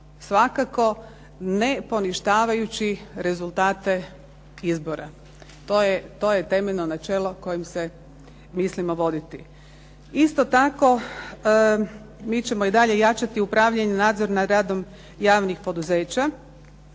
svakako ne poništavajući rezultate izbora. To je temeljno načelo kojim se mislimo voditi. Isto tako mi ćemo i dalje jačati upravljanje i nadzor nad radom javnih poduzeća.